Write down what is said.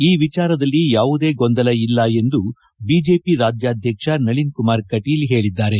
ಈ ವಿಚಾರದಲ್ಲಿ ಯಾವುದೇ ಗೊಂದಲ ಇಲ್ಲ ಎಂದು ಬಿಜೆಪಿ ರಾಜ್ಕಾಧ್ವಕ್ಷ ನಳೀನ್ ಕುಮಾರ್ ಕಟೀಲ್ ಹೇಳಿದ್ದಾರೆ